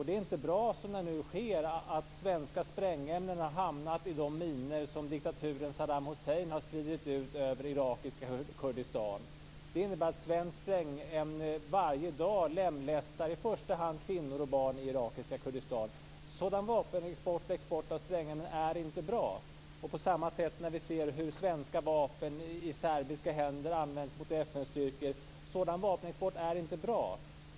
Det är inte bra som nu sker, att svenska sprängämnen har hamnat i de minor som diktaturen Saddam Hussein har spridit ut över irakiska Kurdistan. Det innebär att svenskt sprängämne varje dag lemlästar i första hand kvinnor och barn i irakiska Kurdistan. Sådan export av sprängämnen är inte bra. På samma sätt är det när svenska vapen i händerna på serber används mot FN styrkor. Sådan vapenexport är inte bra.